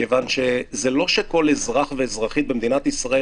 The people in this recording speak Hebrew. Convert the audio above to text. כיוון שזה לא שאזרח ואזרחית במדינת ישראל